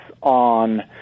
on